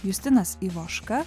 justinas ivoška